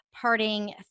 parting